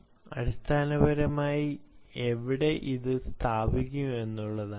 B എന്നുള്ളത് അടിസ്ഥാനപനമായി എവിടെ സ്ഥാപിക്കും എന്നുള്ളതാണ്